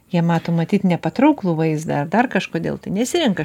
jie mato matyt nepatrauklų vaizdą ar dar kažkodėl tai nesirenka